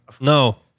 No